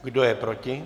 Kdo je proti?